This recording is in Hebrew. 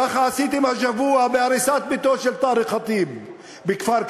ככה עשיתם השבוע בהריסת ביתו של טארק ח'טיב בכפר-כנא,